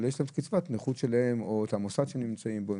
אבל יש להם את קצבת הנכות שלהם או את המוסד שהם נמצאים בו.